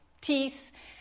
teeth